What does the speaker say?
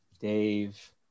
dave